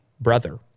brother